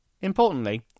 Importantly